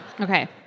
Okay